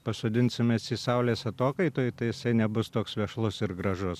pasodinsim mes jį saulės atokaitoj tai jisai nebus toks vešlus ir gražus